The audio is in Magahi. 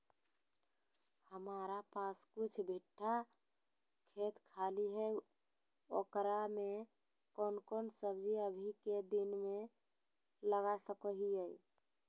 हमारा पास कुछ बिठा खेत खाली है ओकरा में कौन कौन सब्जी अभी के दिन में लगा सको हियय?